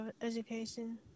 education